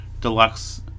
deluxe